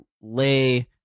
lay